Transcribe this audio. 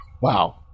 Wow